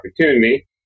opportunity